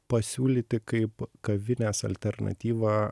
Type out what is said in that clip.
pasiūlyti kaip kavinės alternatyvą